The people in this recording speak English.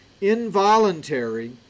involuntary